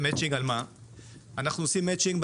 על מה אנחנו עושים מצ׳ינג?